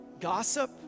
Gossip